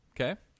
Okay